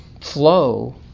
flow